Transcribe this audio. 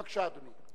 בבקשה, אדוני.